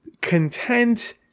content